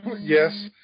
yes